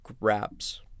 grabs